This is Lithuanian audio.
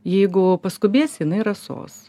jeigu paskubėsi jinai rasos